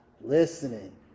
listening